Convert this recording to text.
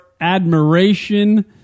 admiration